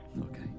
Okay